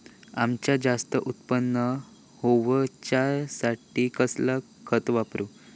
अम्याचा जास्त उत्पन्न होवचासाठी कसला खत वापरू?